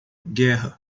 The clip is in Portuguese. guerra